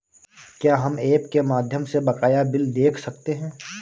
क्या हम ऐप के माध्यम से बकाया बिल देख सकते हैं?